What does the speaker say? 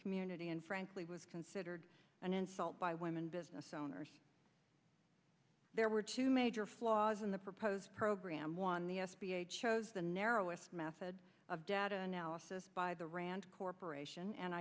community and frankly was considered an insult by women business owners there were two major flaws in the proposed program one the s b a chose the narrowest method of data analysis by the rand corporation and